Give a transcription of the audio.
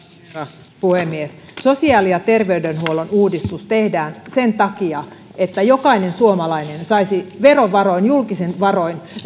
herra puhemies sosiaali ja terveydenhuollon uudistus tehdään sen takia että jokainen suomalainen saisi verovaroin julkisin varoin